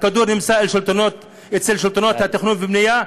הכדור נמצא אצל שלטונות התכנון והבנייה.